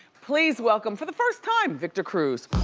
please welcome, for the first time, victor cruz.